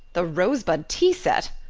the rosebud tea set!